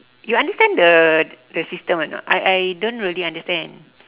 you understand the the system or not I I don't really understand